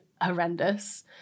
horrendous